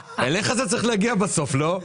אליך זה צריך להגיע בסוף, לא?